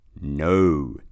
No